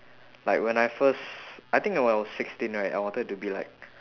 like when I first I think when I was sixteen right I wanted to be like